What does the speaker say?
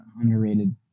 underrated